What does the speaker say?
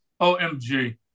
OMG